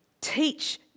Teach